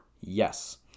Yes